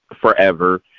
forever